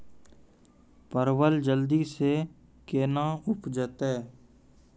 परवल जल्दी से के ना उपजाते?